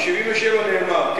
ב-1977 נאמר,